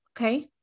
okay